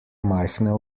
majhne